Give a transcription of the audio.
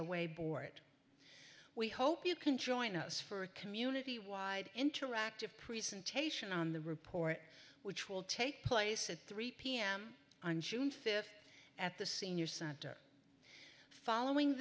it we hope you can join us for a community wide interactive presentation on the report which will take place at three pm on june fifth at the senior center following